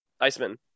Iceman